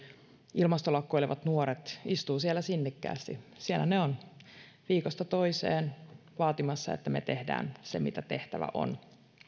ilmastolakkoilevat nuoret istuvat siellä sinnikkäästi siellä ne ovat viikosta toiseen vaatimassa että me teemme sen mitä tehtävä on